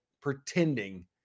pretending